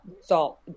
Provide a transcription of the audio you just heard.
salt